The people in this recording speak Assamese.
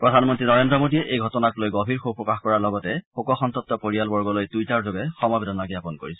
প্ৰধানমন্ত্ৰী নৰেন্দ্ৰ মোদীয়ে এই ঘটনাক লৈ গভীৰ শোকপ্ৰকাশ কৰাৰ লগতে শোক সন্তপ্ত পৰিয়ালবৰ্গলৈ টুইটাৰযোগে সমবেদনা জ্ঞাপন কৰিছে